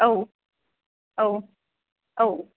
औ औ औ